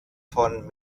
von